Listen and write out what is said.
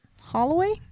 Holloway